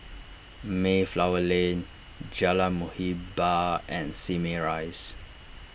Mayflower Lane Jalan Muhibbah and Simei Rise